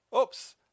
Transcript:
oops